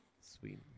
Sweet